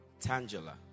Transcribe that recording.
Tangela